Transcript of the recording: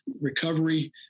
recovery